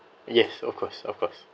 yes of course of course